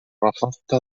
رفضت